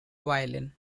violin